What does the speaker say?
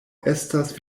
estas